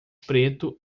preto